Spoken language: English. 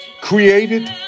created